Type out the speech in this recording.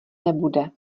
nebude